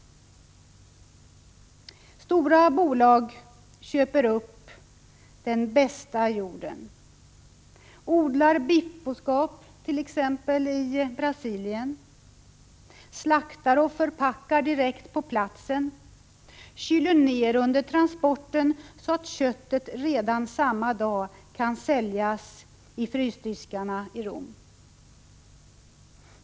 Stora bolag köper upp den bästa jorden, odlar biffboskap, t.ex. i Brasilien, slaktar och förpackar direkt på platsen, kyler ner under transporten, och köttet kan redan samma dag säljas i frysdiskarna i Rom.